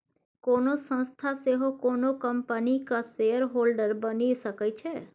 कोनो संस्था सेहो कोनो कंपनीक शेयरहोल्डर बनि सकै छै